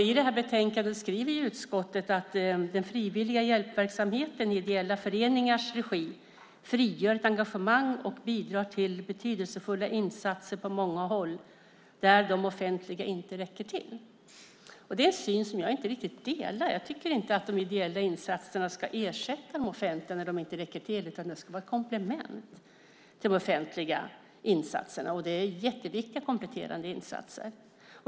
I det här betänkandet skriver utskottet att "den frivilliga hjälpverksamheten i ideella föreningars regi frigör ett engagemang och bidrar till betydelsefulla insatser på många håll där de offentliga inte räcker till." Det är en syn som jag inte riktigt delar. Jag tycker inte att de ideella insatserna ska ersätta de offentliga när de inte räcker till utan de ska vara ett komplement till de offentliga insatserna, och det är jätteviktiga kompletterande insatser.